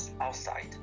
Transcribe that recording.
outside